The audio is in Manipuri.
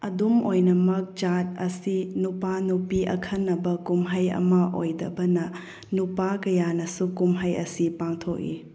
ꯑꯗꯨꯝ ꯑꯣꯏꯅꯃꯛ ꯆꯥꯠ ꯑꯁꯤ ꯅꯨꯄꯥ ꯅꯨꯄꯤ ꯑꯈꯟꯅꯕ ꯀꯨꯝꯍꯩ ꯑꯃ ꯑꯣꯏꯗꯕꯅ ꯅꯨꯄꯥ ꯀꯌꯥꯅꯁꯨ ꯀꯨꯝꯍꯩ ꯑꯁꯤ ꯄꯥꯡꯊꯣꯛꯏ